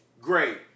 Great